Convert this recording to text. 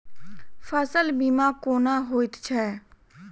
फसल बीमा कोना होइत छै?